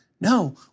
No